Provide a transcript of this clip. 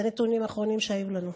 אלה נתונים אחרונים שהיו לנו.